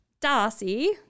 Darcy